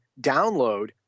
download